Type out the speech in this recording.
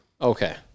Okay